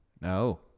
No